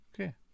Okay